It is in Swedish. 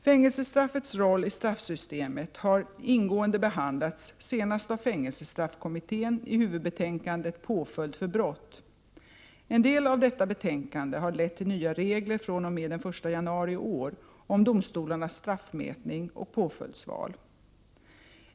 Fängelsestraffets roll i straffsystemet har ingående behandlats, senast av fängelsestraffkommittén i huvudbetänkandet Påföljd för brott. En del av detta betänkande har lett till nya regler fr.o.m. den 1 januari i år om domstolarnas straffmätning och påföljdsval.